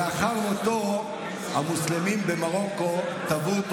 לאחר מותו המוסלמים במרוקו תבעו אותו